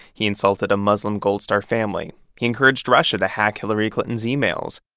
he insulted a muslim gold star family. he encouraged russia to hack hillary clinton's emails.